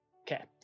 Okay